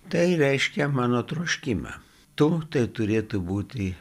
tai reiškia mano troškimą tu tai turėtų būti